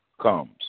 comes